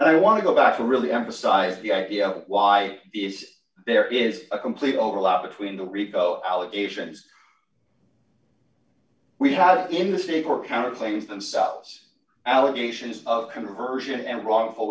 and i want to go back to really emphasize the idea why there is a complete overlap between the rico allegations we have in the state or counseling themselves allegations of conversion and wrongful